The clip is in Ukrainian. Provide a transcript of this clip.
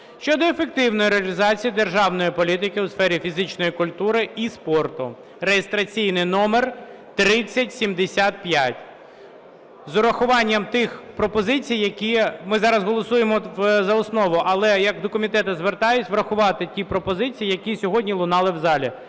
щодо ефективної реалізації державної політики у сфері фізичної культури і спорту (реєстраційний номер 3075) з урахуванням тих пропозицій, які… Ми зараз голосуємо за основу, але я до комітету звертаюсь, врахувати ті пропозиції, які сьогодні лунали в залі,